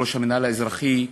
ראש המינהל האזרחי,